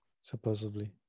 Supposedly